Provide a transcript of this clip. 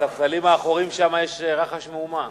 מהספסלים האחוריים שם יש רחש מהומה.